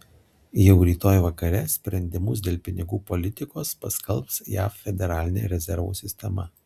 jau rytoj vakare sprendimus dėl pinigų politikos paskelbs jav federalinė rezervų sistema